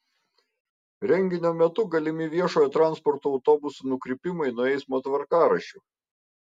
renginio metu galimi viešojo transporto autobusų nukrypimai nuo eismo tvarkaraščių